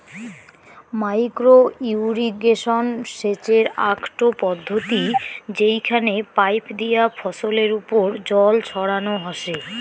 micro irrigation সেচের আকটো পদ্ধতি যেইখানে পাইপ দিয়া ফছলের ওপর জল ছড়ানো হসে